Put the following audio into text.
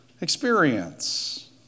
experience